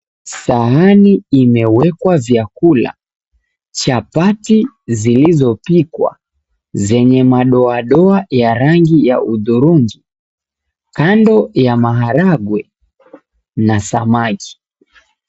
Sahani imewekwa vyakula, chapati zilizopikwa zenye madoadoa ya rangi ya hudhurungi kando ya maharagwe na samaki.